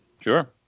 Sure